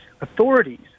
authorities